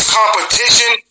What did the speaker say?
competition